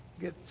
get